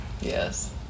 Yes